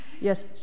Yes